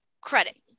credit